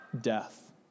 death